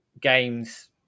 games